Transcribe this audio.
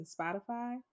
Spotify